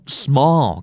small